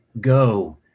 go